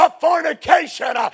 fornication